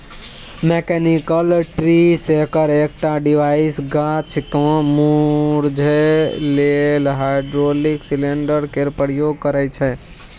mechanical tree shaker एकटा device गाछ केँ मुरझेबाक लेल हाइड्रोलिक सिलेंडर केर प्रयोग करय छै